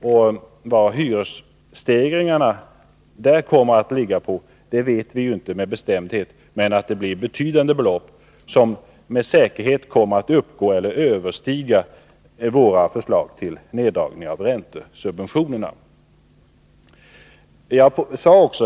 Vilken nivå hyresstegeringarna kommer att ligga på vet vi inte med bestämdhet, men det blir fråga om betydande belopp, som med säkerhet kommer att uppgå till eller överstiga de belopp som skulle ha blivit följden av våra förslag till neddragning av räntesubventionerna.